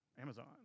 Amazon